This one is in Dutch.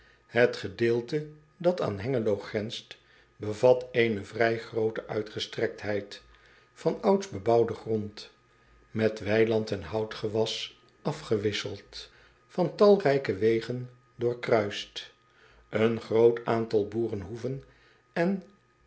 et gedeelte dat aan engelo grenst bevat eene vrij groote uitgestrektheid van ouds bebouwden grond met weiland en houtgewas afgewisseld van talrijke wegen doorkruist en groot aantal boerenhoeven en